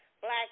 Black